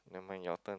never mind your turn